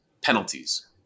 penalties